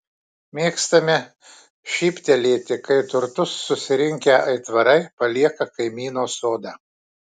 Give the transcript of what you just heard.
mėgstame šyptelėti kai turtus susirinkę aitvarai palieka kaimyno sodą